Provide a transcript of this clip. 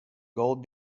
gold